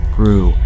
grew